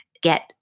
get